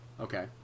Okay